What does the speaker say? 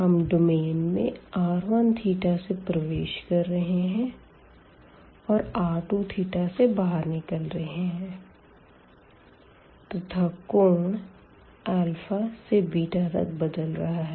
हम डोमेन में r1θ से प्रवेश कर रहे है और r2θ से बाहर निकल रहे है तथा कोण α to β तक बदल रहा है